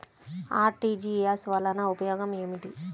RTGS వలన ఉపయోగం ఏమిటీ?